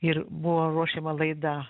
ir buvo ruošiama laida